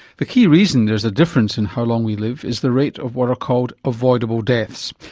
the key reason there's a difference in how long we live is the rate of what are called avoidable deaths,